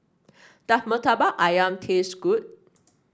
does Murtabak ayam taste good